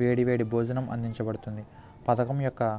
వేడి వేడి భోజనం అందించబడుతుంది పథకం యొక్క